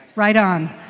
right on.